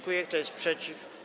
Kto jest przeciw?